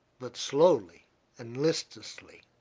but slowly and listlessly.